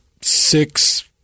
six